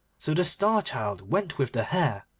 so the star-child went with the hare,